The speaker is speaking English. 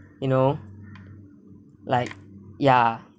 you know like ya